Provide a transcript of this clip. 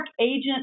agent